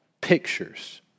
pictures